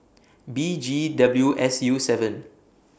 B G W S U seven